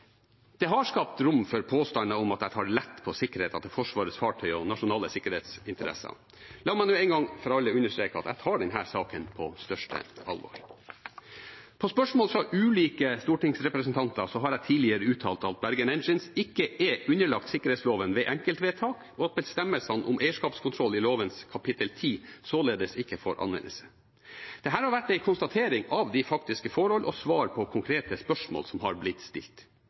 Det har skapt rom for påstander om at jeg tar lett på sikkerheten til Forsvarets fartøyer og nasjonale sikkerhetsinteresser. La meg nå en gang for alle understreke at jeg tar denne saken på største alvor. På spørsmål fra ulike stortingsrepresentanter har jeg tidligere uttalt at Bergen Engines ikke er underlagt sikkerhetsloven ved enkeltvedtak, og at bestemmelsene om eierskapskontroll i lovens kapittel 10 således ikke får anvendelse. Dette har vært en konstatering av de faktiske forhold og svar på konkrete spørsmål som har blitt stilt.